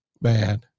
man